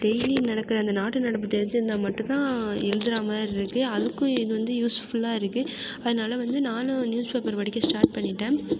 daily நடக்கிற அந்த நாட்டு நடப்பு தெரிஞ்சுருந்தா மட்டும்தான் எழுதுகிற மாதிரி இருக்குது அதுக்கும் இது வந்து யூஸ்ஃபுல்லாக இருக்குது அதனால வந்து நானும் நியூஸ் பேப்பர் படிக்க ஸ்டார்ட் பண்ணிவிட்டேன்